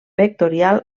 vectorial